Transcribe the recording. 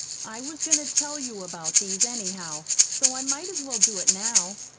i was goin' to tell you about these, anyhow, so i might as well do it now,